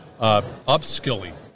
upskilling